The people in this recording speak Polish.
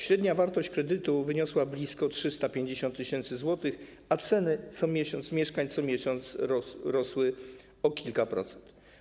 Średnia wartość kredytu wyniosła blisko 350 tys. zł, a ceny mieszkań co miesiąc rosły o kilka procent.